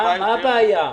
מה הבעיה?